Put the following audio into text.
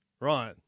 Right